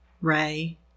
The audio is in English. Ray